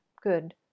good